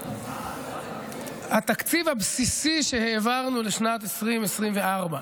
התקציב הבסיסי שהעברנו לשנת 2024,